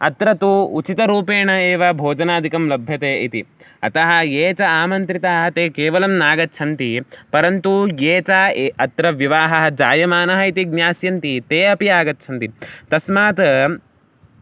अत्र तु उचितरूपेण एव भोजनादिकं लभ्यते इति अतः ये च आमन्त्रिताः ते केवलं नागच्छन्ति परन्तु ये च ये अत्र विवाहः जायमानः इति ज्ञास्यन्ति ते अपि आगच्छन्ति तस्मात्